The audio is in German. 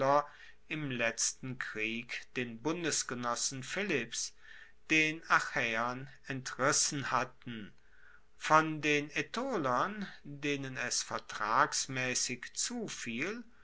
im letzten krieg den bundesgenossen philipps den achaeern entrissen hatten von den aetolern denen es vertragsmaessig zufiel